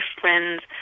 friends